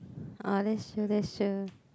oh that's true that's true